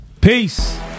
Peace